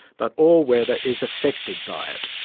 but all weather is affected by it.